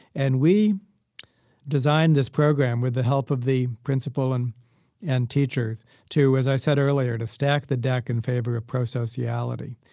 and we designed this program with the help of the principal and and teacher to, as i said earlier, to stack the deck in favor of pro-sociality.